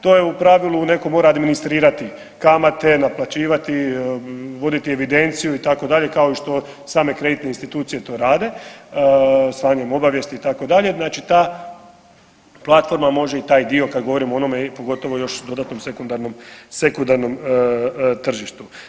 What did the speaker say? To je u pravilu netko mora administrirati, kamate, naplaćivati, voditi evidenciju itd., kao i što same kreditne institucije to rade slanjem obavijesti itd., znači ta platforma može i taj dio kad govorimo o onome pogotovo još dodatnom sekundarnom, sekundarnom tržištu.